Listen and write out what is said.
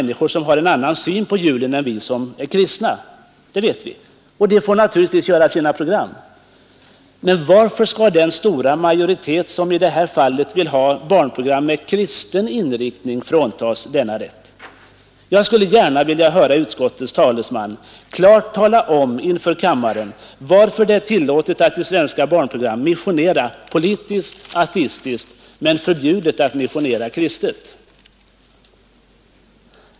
Det må vara hänt att det finns en ma syn på julen än vi som är kristna, och de skall naturligtvis få göra sina program. Men varför skall den stora majoritet som i det här fallet vill ha barnprogram med kristen inriktning fråntas denna rätt? Jag skulle gärna vilja höra utskottets talesman inför kammaren förklara varför det är tillåtet att i svenska barnprogram missionera politiskt eller ateistiskt men sa människor som har en annan inte kristet.